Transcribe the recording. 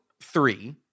three